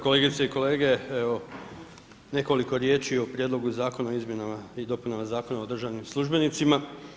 Kolegice i kolege, evo nekoliko riječi o Prijedlogu zakona o izmjenama i dopunama Zakona o državnim službenicima.